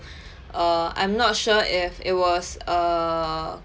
err I'm not sure if it was a